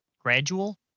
gradual